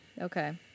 okay